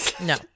no